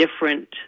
different